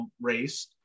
race